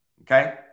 Okay